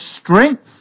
strength